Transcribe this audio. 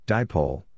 Dipole